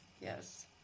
Yes